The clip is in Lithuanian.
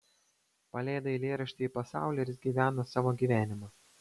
paleidai eilėraštį į pasaulį ir jis gyvena savo gyvenimą